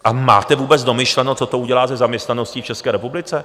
A máte vůbec domyšleno, co to udělá se zaměstnaností v České republice?